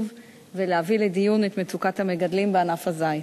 ולהביא לדיון את מצוקת המגדלים בענף הזית.